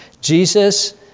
Jesus